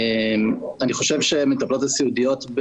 אני חושב שהמטפלות הסיעודיות,